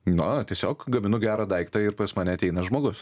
na tiesiog gaminu gerą daiktą ir pas mane ateina žmogus